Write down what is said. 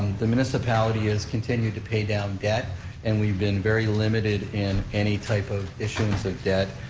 the municipality has continued to pay down debt and we've been very limited in any type of issuance of debt.